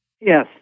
Yes